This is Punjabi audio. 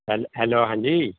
ਹੈਲ ਹੈਲੋ ਹਾਂਜੀ